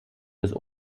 des